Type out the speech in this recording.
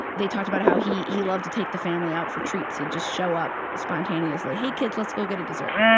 they talked about how he he loved to take the family out for treats. he'd just show up spontaneously. hey kids, let's go get a dessert.